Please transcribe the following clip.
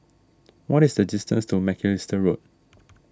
what is the distance to Macalister Road